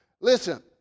Listen